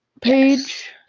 page